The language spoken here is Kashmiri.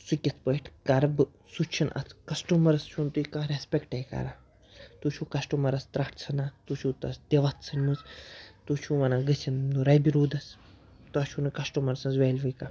سُہ کِتھ پٲٹھۍ کَرٕ بہٕ سُہ چھِنہٕ اَتھ کسٹمَرَس چھُنہٕ تُہۍ کانٛہہ رٮ۪سپٮ۪کٹَے کران تُہۍ چھُو کَسٹٕمَرَس ترٛٹھ ژھٕنان تُہۍ چھُو تَس دِوَتھ ژھٕنمٕژ تُہۍ چھُو وَنان گٔژھِنۍ رَبہِ روٗدَس تۄہہِ چھُو نہٕ کَسٹٕمَر سٕنٛز ویلوُے کانٛہہ